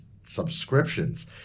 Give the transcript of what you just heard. subscriptions